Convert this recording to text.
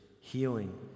healing